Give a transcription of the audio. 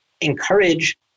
encourage